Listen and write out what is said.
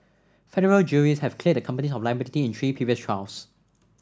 federal juries have cleared the companies of liability in three previous trials